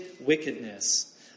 wickedness